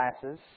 classes